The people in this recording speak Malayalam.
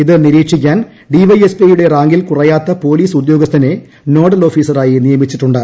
ഇതു നിരീക്ഷിക്കാൻ ഡിവൈഎസ്പിയുടെ റാങ്കിൽ കുറയാത്ത പോലി സ് ഉദ്യോഗസ്ഥനെ നോഡൽ ഓഫിസറായി നിയമിച്ചിട്ടുണ്ട്